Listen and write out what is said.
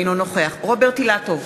אינו נוכח רוברט אילטוב,